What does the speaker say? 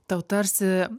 tau tarsi